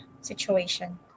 situation